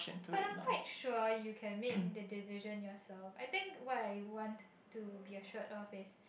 but I'm quite sure you can make the decision yourself I think what I want to be assured of is